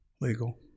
legal